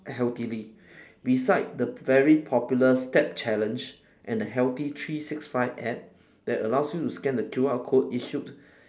healthily besides the very popular step challenge and the healthy three six five app that allows you to scan the Q_R code issued